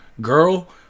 girl